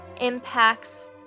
impacts